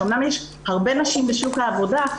שאומנם יש הרבה נשים בשוק העבודה,